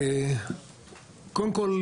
קודם כל,